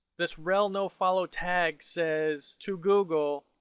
this rel nofollow tag says to google,